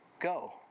go